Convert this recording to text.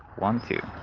one two